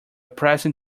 pressing